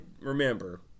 remember